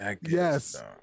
Yes